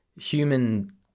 human